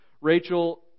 Rachel